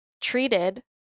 treated